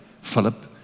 Philip